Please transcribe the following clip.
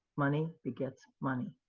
money begets money.